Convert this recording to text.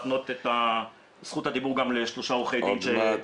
לתת זכות דיבור לשלושה עורכי דין שנמצאים כאן.